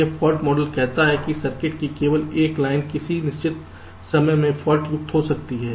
यह fault model कहता है कि सर्किट की केवल एक लाइन किसी निश्चित समय में फाल्ट युक्त हो सकती है